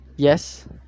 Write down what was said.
Yes